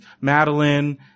Madeline